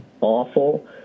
awful